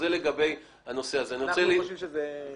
לגבי המסלול